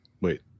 Wait